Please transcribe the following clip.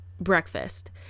breakfast